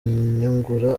nyungura